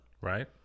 Right